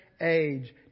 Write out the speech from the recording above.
age